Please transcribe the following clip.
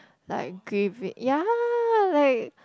like grieving ya like